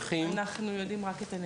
אנחנו יודעים גם מה הסיבות?